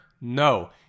No